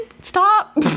stop